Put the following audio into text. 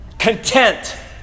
Content